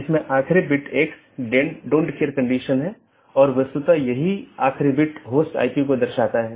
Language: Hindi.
AS नंबर जो नेटवर्क के माध्यम से मार्ग का वर्णन करता है एक BGP पड़ोसी अपने साथियों को पाथ के बारे में बताता है